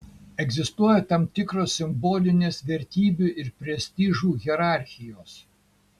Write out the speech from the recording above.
egzistuoja tam tikros simbolinės vertybių ir prestižų hierarchijos